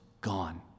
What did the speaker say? gone